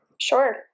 Sure